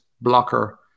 blocker